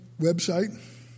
website